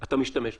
אתה משתמש בה.